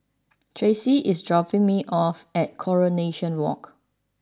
Tracie is dropping me off at Coronation Walk